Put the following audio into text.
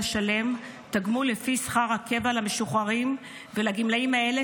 לשלם תגמול לפי שכר הקבע למשוחררים ולגמלאים האלה